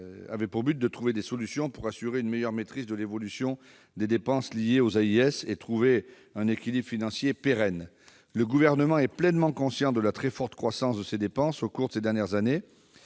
avaient pour but de trouver des solutions pour assurer une meilleure maîtrise de l'évolution des dépenses liées aux AIS et établir un équilibre financier pérenne. Le Gouvernement est pleinement conscient de la très forte croissance de ces dépenses au cours des dernières années,